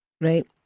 right